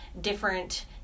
different